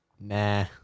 Nah